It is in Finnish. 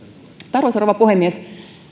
arvoisa rouva puhemies